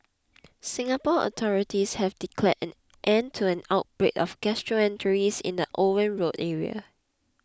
Singapore authorities have declared an end to an outbreak of gastroenteritis in the Owen Road area